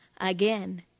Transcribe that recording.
again